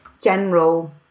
general